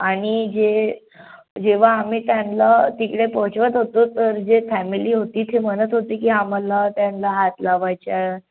आणि जे जेव्हा आम्ही त्यांना तिकडे पोहोचवत होतो तर जे फॅमिली होती ते म्हणत होते की आम्हाला त्यांना हात लावायचा आहे